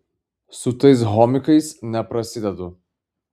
su tais homikais neprasidedu